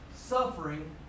suffering